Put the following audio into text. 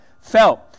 felt